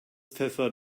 pfeffer